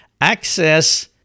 Access